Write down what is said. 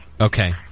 Okay